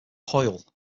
hoyle